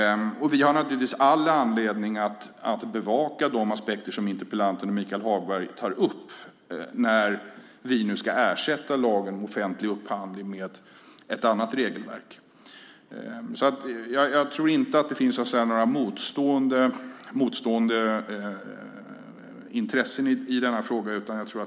Vi har all anledning att bevaka de aspekter som interpellanten och Michael Hagberg tar upp när vi nu ska ersätta lagen om offentlig upphandling med ett annat regelverk. Jag tror inte att det finns några motstående intressen i denna fråga.